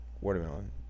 watermelon